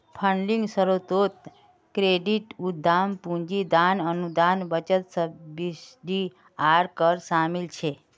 funding स्रोतोत credit, उद्दाम पूंजी, दान, अनुदान, बचत, सब्सिडी आर कर शामिल छे